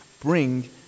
bring